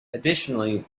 additionally